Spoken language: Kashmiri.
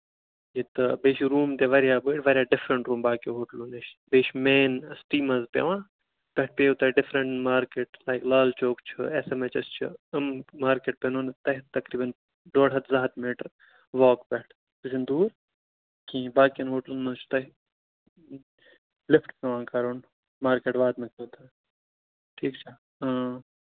ییٚتہِ بیٚیہِ چھِ روٗم تہِ واریاہ بٔڈۍ واریاہ ڈِفرنٹ روٗم باقیو ہوٹلو نِش بیٚیہِ چھُ مین سِٹی منٛز پیٚوان تَتہِ پیٚوٕ تۅہہِ ڈِفرنٹ مارکیٹ لال چوک چھُ ایس ایم ایچ ایس چھُ امہِ مارکیٹ پٮ۪نو نہٕ تۅہہِ تقریٖبن ڈۅڈ ہَتھ زٕ ہَتھ میٖٹر واک پٮ۪ٹھ کِہیٖنٛۍ دوٗر باقین ہوٹلَن منٛز چھُ تۅہہِ لِفٹ پٮ۪وان کَرُن مارکیٹ واتنہٕ خٲطرٕ ٹھیٖک چھا إں